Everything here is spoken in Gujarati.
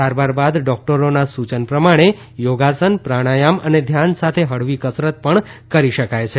સારવાર બાદ ડોકટરોના સૂચન પ્રમાણે યોગાસન પ્રાણાયમ અને ધ્યાન સાથે હળવી કસરત પણ કરી શકાય છે